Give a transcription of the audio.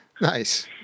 Nice